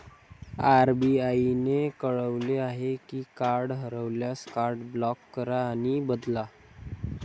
RBI ने कळवले आहे की कार्ड हरवल्यास, कार्ड ब्लॉक करा आणि बदला